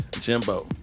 Jimbo